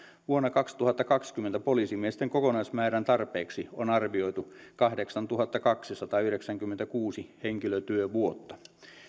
vuonna kaksituhattakaksikymmentä poliisimiesten kokonaismäärän tarpeeksi on arvioitu kahdeksantuhattakaksisataayhdeksänkymmentäkuusi henkilötyövuotta